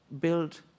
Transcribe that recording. build